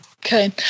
Okay